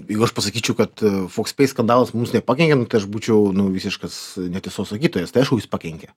jeigu aš pasakyčiau kad foxpay skandalas mums nepakenkė nu tai aš būčiau nu visiškas netiesos sakytojas tai aišku jis pakenkė